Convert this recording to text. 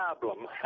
problem